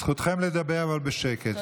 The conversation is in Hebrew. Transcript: זכותכם לדבר, אבל בשקט.